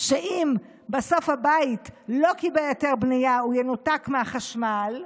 שאם בסוף הבית לא קיבל היתר בנייה הוא ינותק מהחשמל,